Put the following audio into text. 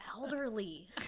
elderly